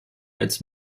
als